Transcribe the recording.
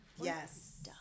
Yes